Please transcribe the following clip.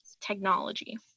technology